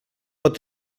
pot